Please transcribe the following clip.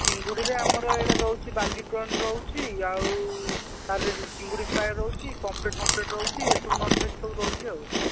ଚିଙ୍ଗୁଡ଼ିରେ ଆମର ଏଗୁଡ଼ା ରହୁଛି ବାଲି ପ୍ରନ୍ ରହୁଛି ଆଉ ଚିଙ୍ଗୁଡ଼ି ଫ୍ରାଏ ରହୁଛି ପମ୍ପଲେଟ୍ ଫଂମ୍ପଲେଟ୍ ରହୁଛି ଏ ସବୁ ନନ୍ଭେଜ୍ ସବୁ ରହୁଛି ଆଉ